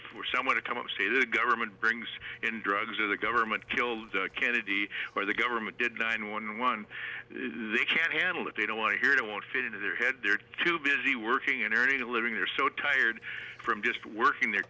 for someone to come and say the government brings in drugs or the government killed kennedy or the government did nine one one they can't handle it they don't want to hear it won't fit into their head they're too busy working and earning a living they're so tired from just working their